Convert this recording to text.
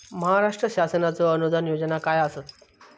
महाराष्ट्र शासनाचो अनुदान योजना काय आसत?